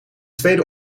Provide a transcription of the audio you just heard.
tweede